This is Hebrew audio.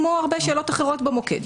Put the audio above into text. כמו הרבה שאלות אחרות במוקד.